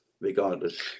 regardless